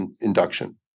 induction